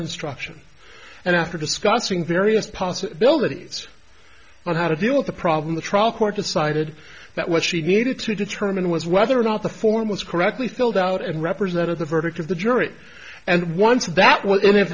instruction and after discussing various possibilities on how to deal with the problem the trial court decided that what she needed to determine was whether or not the foremost correctly filled out and represented the verdict of the jury and once that well and if